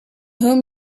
whom